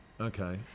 Okay